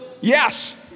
yes